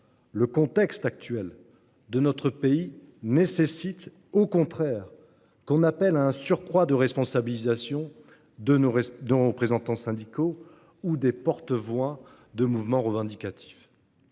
Le contexte actuel que connaît notre pays appelle au contraire à un surcroît de responsabilisation de nos représentants syndicaux ou des porte voix de mouvements revendicatifs.